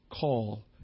call